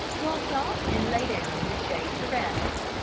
walked off and lay down in the shade to rest,